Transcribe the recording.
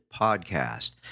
podcast